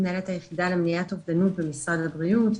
מזמינים מפקחות של משרד העלייה